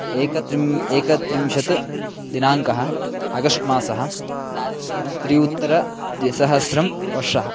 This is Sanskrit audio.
एकत्रिं एकत्रिंशत् दिनाङ्कः अगस्ट् मासः त्रि उत्तरद्विसहस्रवर्षः